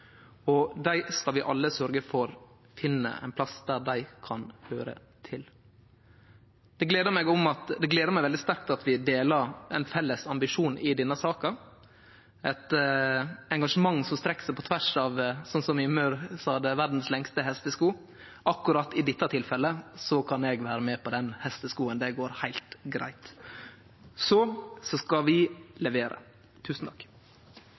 og dei skal vi alle sørgje for finn ein plass der dei kan høyre til. Det gler meg veldig sterkt at vi deler ein felles ambisjon i denne saka, eit engasjementet som strekkjer seg på tvers av – som Mímir sa det – verdas lengste hestesko. Akkurat i dette tilfellet kan eg vere med på den hesteskoen. Det går heilt greitt. Så skal vi